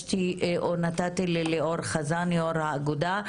ליאור חזן, יושבת-ראש האגודה.